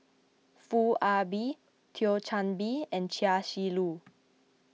Foo Ah Bee Thio Chan Bee and Chia Shi Lu